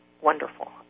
wonderful